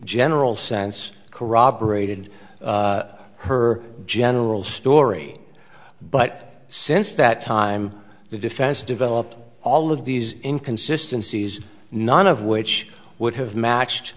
general sense corroborated her general story but since that time the defense developed all of these in consistencies none of which would have matched